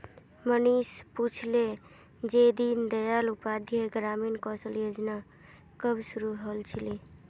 मनीष पूछले जे दीन दयाल उपाध्याय ग्रामीण कौशल योजना कब शुरू हल छिले